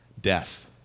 death